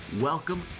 Welcome